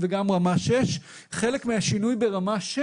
וגם רמה 6. חלק מהשינוי ברמה 6,